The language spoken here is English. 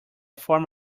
form